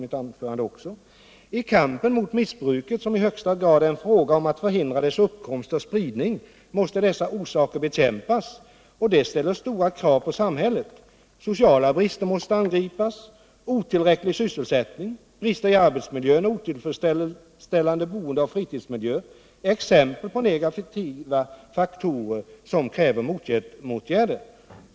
I kampen mot missbruket, som i högsta grad är en fråga om att förhindra dess uppkomst och spridning, måste dessa orsaker bekämpas. Det ställer stora krav på samhället. Sociala brister måste angripas. Otillräcklig sysselsättning, brister i arbetsmiljön och otillfredsställande boendeoch fritidsmiljö är exempel på negativa faktorer som kräver motåtgärder.